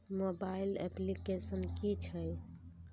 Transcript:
Mobile application कि छै?